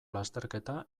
lasterketa